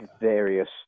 various